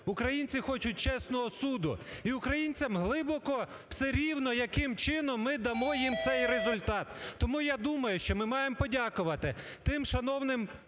Українці хочуть чесного суду і українцям глибоко все рівно яким чином ми дамо їм цей результат. Тому, я думаю, що ми маємо подякувати тим шановним